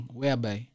whereby